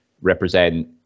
represent